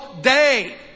day